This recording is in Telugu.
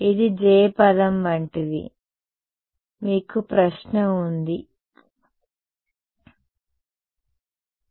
ఇది J పదం వంటిది మీకు ప్రశ్న ఉంది అవును